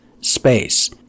space